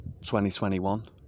2021